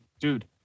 Dude